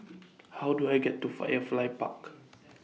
How Do I get to Firefly Park